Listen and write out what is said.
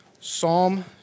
Psalm